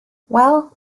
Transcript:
well